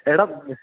എടാ